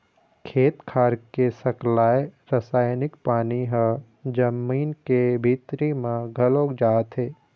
खेत खार के सकलाय रसायनिक पानी ह जमीन के भीतरी म घलोक जाथे